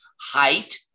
height